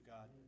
God